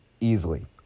Easily